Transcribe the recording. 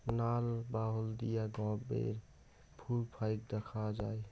নাল বা হলদিয়া গাবের ফুল ফাইক দ্যাখ্যা যায়